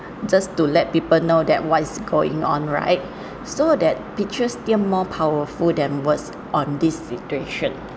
just to let people know that what's going on right so that pictures still more powerful than words on this situation